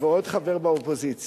ועוד חבר באופוזיציה.